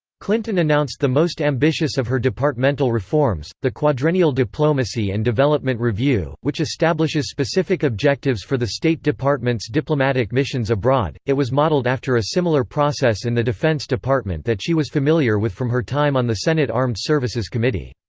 clinton announced the most ambitious of her departmental reforms, the quadrennial diplomacy and development review, which establishes specific objectives for the state department's diplomatic missions abroad it was modeled after a similar process in and the defense department that she was familiar with from her time on the senate armed services committee.